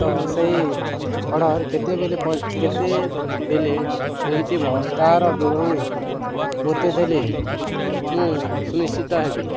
ତ ସେଇ ଅର୍ଡ଼ର କେତେବେଳେ କେତେବେଲେ ପହଞ୍ଚିବ ତାହାର ବିବରଣୀ ମୋତେ ଦେଲେ ମୁଁ ସୁନିଶ୍ଚିତ ହେବି